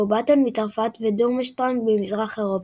בובאטון מצרפת ודורמשטרנג ממזרח אירופה,